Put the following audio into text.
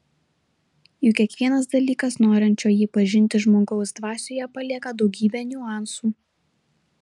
juk kiekvienas dalykas norinčio jį pažinti žmogaus dvasioje palieka daugybę niuansų